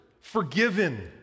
forgiven